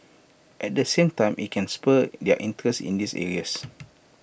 at the same time IT can spur their interest in these areas